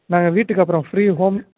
நாங்கள் வீட்டுக்கு அப்புறம் ஃப்ரீ ஹோம்